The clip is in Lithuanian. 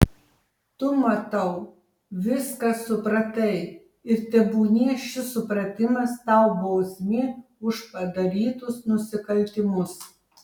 tu matau viską supratai ir tebūnie šis supratimas tau bausmė už padarytus nusikaltimus